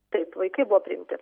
taip vaikai buvo priimti